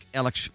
Alex